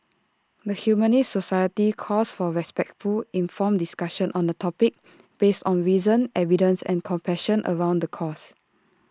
the Humanist society calls for respectful informed discussion on the topic based on reason evidence and compassion around the cause